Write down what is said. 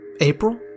april